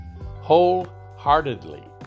Wholeheartedly